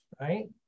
right